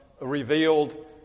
revealed